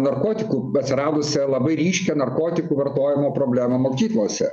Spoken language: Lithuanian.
narkotikų atsiradusią labai ryškią narkotikų vartojimo problemą mokyklose